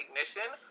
recognition